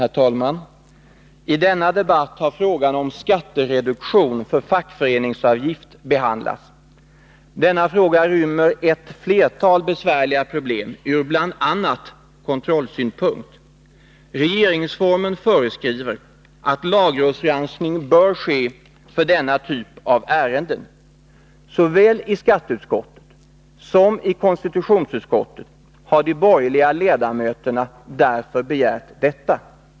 Herr talman! I denna debatt har frågan om skattereduktion för fackföreningsavgifter behandlats. Frågan inrymmer ett flertal besvärliga problem ur bl.a. kontrollsynpunkt. Regeringsformen föreskriver att lagrådsgranskning bör ske för denna typ av ärenden. Såväl i skatteutskottet som i konstitutionsutskottet har de borgerliga ledamöterna därför begärt detta.